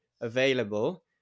available